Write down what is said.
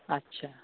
আচ্ছা